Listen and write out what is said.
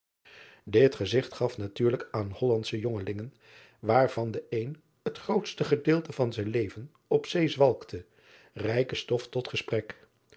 it gezigt gaf natuurlijk aan ollandsche jongelingen waarvan de een t grootst gedeelte van zijn leven op zee zwalkte rijke stof tot gesprek